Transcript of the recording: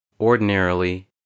Ordinarily